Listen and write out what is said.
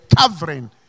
covering